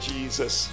Jesus